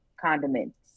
condiments